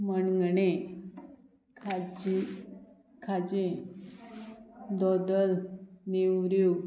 मणगणें खाजी खाजें दोदल नेवऱ्यो